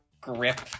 grip